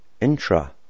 intra